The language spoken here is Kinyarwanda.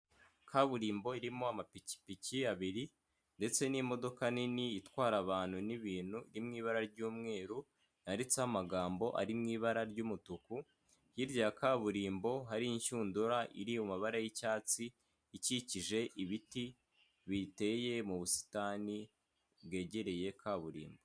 Kaburimbo irimo amapikipiki abiri ndetse n'imodoka nini itwara abantu n'ibintu mu ibara ry'umweru ariretseho amagambo ari mu ibara ry'umutuku, hirya ya kaburimbo hari inshundura iri mu mabara y'icyatsi ikikije ibiti biteye mu busitani bwegereye kaburimbo.